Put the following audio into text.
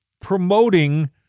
promoting